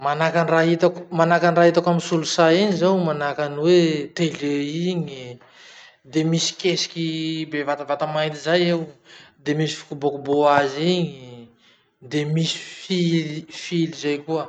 Manahaky any raha hitako manahaky any raha hitako amy solosay iny zao manahaky any hoe télé igny, de misy kesiky bevatavata mainty zay eo, de misy fikobokoboha azy igny, de misy fi- fily zay koa.